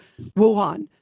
Wuhan